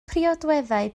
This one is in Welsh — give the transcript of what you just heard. priodweddau